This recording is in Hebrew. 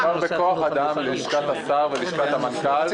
מדובר בכוח אדם ללשכת השר וללשכת המנכ"ל,